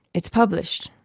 it's published,